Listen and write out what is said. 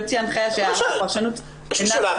יוציא הנחיה שהפרשנות אינה סבירה --- יש לי שאלה,